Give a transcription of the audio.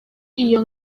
iyo